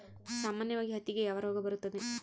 ಸಾಮಾನ್ಯವಾಗಿ ಹತ್ತಿಗೆ ಯಾವ ರೋಗ ಬರುತ್ತದೆ?